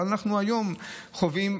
אבל אנחנו היום חווים,